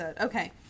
Okay